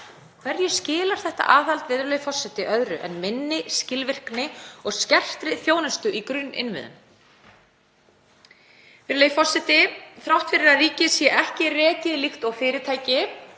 Hverju skilar þetta aðhald öðru en minni skilvirkni og skertri þjónustu í grunninnviðum? Virðulegi forseti. Þrátt fyrir að ríkið sé ekki rekið líkt og fyrirtæki